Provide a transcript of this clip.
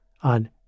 on